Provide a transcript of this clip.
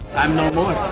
i'm no more.